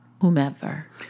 whomever